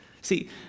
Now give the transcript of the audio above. See